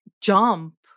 jump